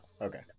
okay